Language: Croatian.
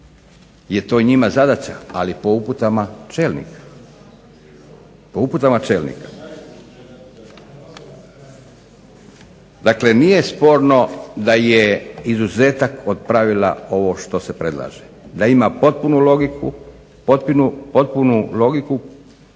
je to njima zadaća ali po uputama čelnika. Dakle, nije sporno da je izuzetak od pravila ovo što se predlaže, da ima potpunu logiku, potpunu logiku